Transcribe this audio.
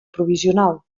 provisional